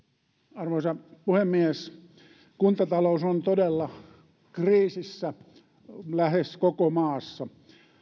arvoisa puhemies kuntatalous on todella kriisissä lähes koko maassa